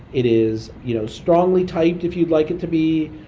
it is you know strongly typed if you'd like it to be,